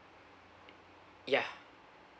ya